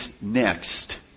next